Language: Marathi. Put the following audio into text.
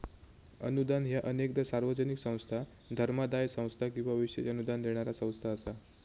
अनुदान ह्या अनेकदा सार्वजनिक संस्था, धर्मादाय संस्था किंवा विशेष अनुदान देणारा संस्था असता